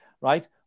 Right